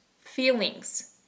feelings